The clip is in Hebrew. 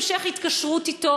שיהיה איזה המשך התקשרות אתו,